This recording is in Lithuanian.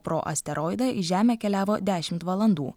pro asteroidą į žemę keliavo dešimt valandų